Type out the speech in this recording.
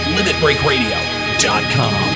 Limitbreakradio.com